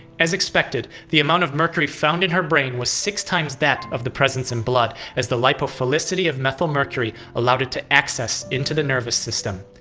as expected, the amount of mercury found in her brain was six times that of the presence in blood, as the lipophilicity of methylmercury allowed it access into the nervous system.